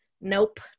nope